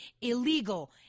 illegal